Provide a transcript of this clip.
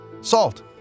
salt